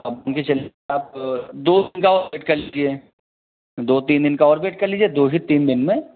अब उनकी आप दो दिन का और वेट कर लीजिए दो तीन दिन का और वेट कर लीजिए दो ही तीन दिन में